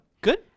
good